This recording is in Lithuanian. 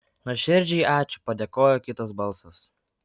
nuoširdžiai ačiū padėkojo kitas balsas